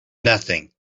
nothing